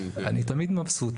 אני אסביר.